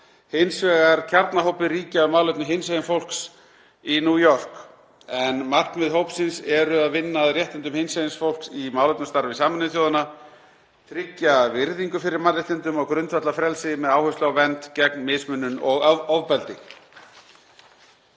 hins vegar kjarnahópi ríkja um málefni hinsegin fólks í New York, en markmið hópsins er að vinna að réttindum hinsegin fólks í málefnastarfi Sameinuðu þjóðanna og tryggja virðingu fyrir mannréttindum og grundvallarfrelsi með áherslu á vernd gegn mismunun og ofbeldi.